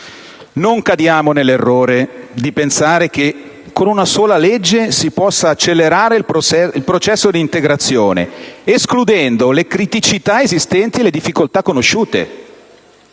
Non cadiamo nell'errore di pensare che con una sola legge si possa accelerare il processo di integrazione, escludendo le criticità esistenti e le difficoltà conosciute.